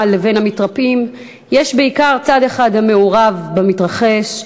לבין המתרפאים יש בעיקר צד אחד המעורב במתרחש,